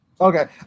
okay